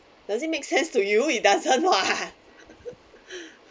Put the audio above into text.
does it make sense to you it doesn't mah